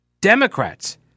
Democrats